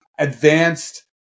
advanced